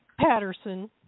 Patterson